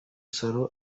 salon